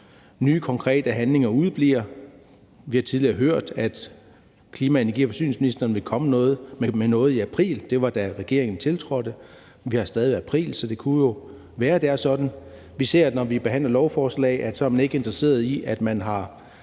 nye, konkrete handlinger udebliver. Vi har tidligere hørt, at klima-, energi- og forsyningsministeren ville komme med noget i april. Det var, da regeringen tiltrådte. Vi har stadig april, så det kan jo være, at det er sådan. Vi ser, at når vi behandler lovforslag, så er man ikke interesseret i, at man har